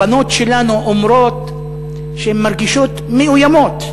הבנות שלנו אומרות שהן מרגישות מאוימות.